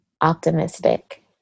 optimistic